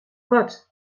kot